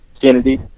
Kennedy